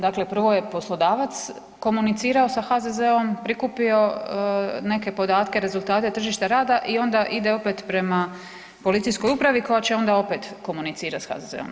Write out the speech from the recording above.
Dakle, prvo je poslodavac komunicirao sa HZZZ-om, prikupio neke podatke, rezultate tržišta rada i onda ide opet prema policijskom upravi koja će onda opet komunicirat sa HZZZ-om.